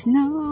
no